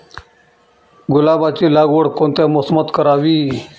गुलाबाची लागवड कोणत्या मोसमात करावी?